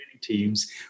teams